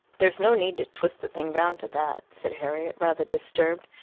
there's no need to twist the thing round to that, said harriet, rather disturbed.